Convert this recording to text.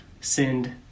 sinned